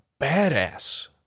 badass